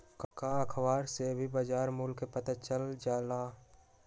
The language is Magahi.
का अखबार से भी बजार मूल्य के पता चल जाला?